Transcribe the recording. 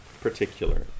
particular